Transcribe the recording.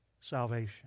salvation